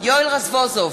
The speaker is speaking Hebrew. יואל רזבוזוב,